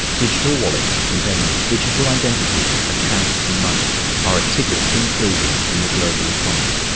digital wallets containing digital identities, accounts and money are a ticket to inclusion in the global economy.